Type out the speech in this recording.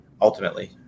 ultimately